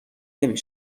نمی